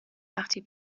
وقتی